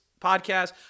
podcast